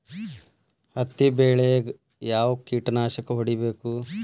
ಹತ್ತಿ ಬೆಳೇಗ್ ಯಾವ್ ಕೇಟನಾಶಕ ಹೋಡಿಬೇಕು?